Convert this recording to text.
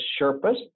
Sherpas